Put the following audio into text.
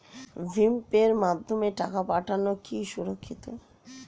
ভিম পের মাধ্যমে টাকা পাঠানো কি সুরক্ষিত?